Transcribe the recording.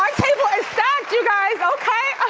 like table is stacked you guys, okay.